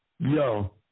Yo